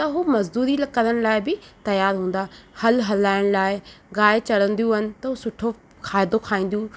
त मजदूरी करण लाइ बि तयारु हूंदा हलु हलाइण लाइ व गांइ चरंदियूं आहिनि त हू सुठो खाधो खाईंदियूं